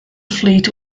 fleet